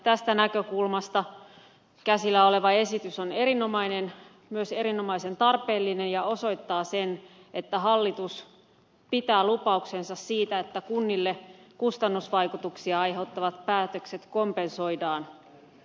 tästä näkökulmasta käsillä oleva esitys on erinomainen ja myös erinomaisen tarpeellinen ja osoittaa sen että hallitus pitää lupauksensa siitä että kunnille kustannusvaikutuksia aiheuttavat päätökset kompensoidaan